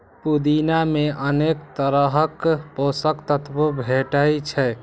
पुदीना मे अनेक तरहक पोषक तत्व भेटै छै